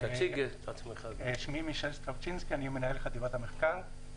אני מנהל חטיבת המחקר.